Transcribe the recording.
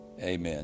Amen